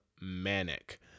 Manic